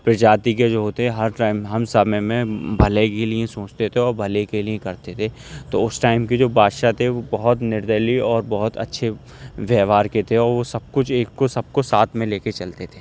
پرجاتی کے جو ہوتے ہیں ہر ٹائم ہم سمے میں بھلے کے لیے سوچتے تھے اور بھلے کے لئے کرتے تھے تو اس ٹائم کے جو بادشاہ تھے وہ بہت نردلی اور بہت اچھے ویوہار کے تھے اور وہ سب کچھ ایک کو سب کو ساتھ میں لے کے چلتے تھے